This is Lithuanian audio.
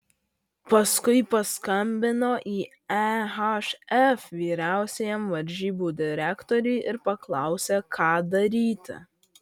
paskui paskambino į ehf vyriausiajam varžybų direktoriui ir paklausė ką daryti